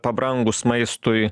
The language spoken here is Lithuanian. pabrangus maistui